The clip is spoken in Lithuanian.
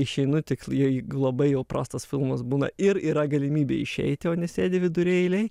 išeinu tik jei labai jau prastas filmas būna ir yra galimybė išeiti o ne sėdi vidury eilėj